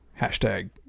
Hashtag